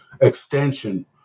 extension